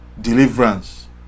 deliverance